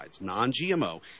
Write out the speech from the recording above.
non-GMO